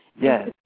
Yes